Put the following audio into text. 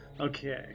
Okay